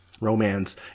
romance